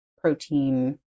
protein